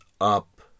up